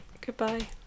Goodbye